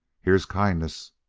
here's kindness.